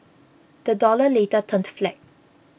the dollar later turned flat